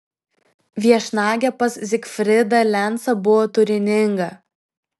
viešnagė pas zygfrydą lencą buvo turininga